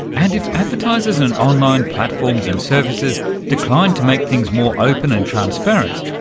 and if advertisers and online platforms and services decline to make things more open and transparent,